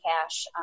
cash